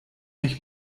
mich